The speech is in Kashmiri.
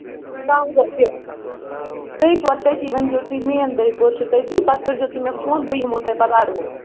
ٹۅنگہٕ تہِ دٔے پور تٔتی ؤنۍ زیٚو تُہۍ مین دٔے پور چھُ تٔتی پَتہٕ کٔرۍزیٚو تُہۍ مےٚ فون بہٕ یِمو پَتہٕ تۄہہِ اَڈٕ ووٚتھ